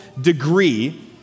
degree